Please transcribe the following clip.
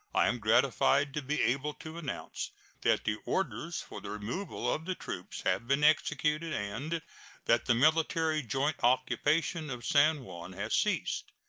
i am gratified to be able to announce that the orders for the removal of the troops have been executed, and that the military joint occupation of san juan has ceased.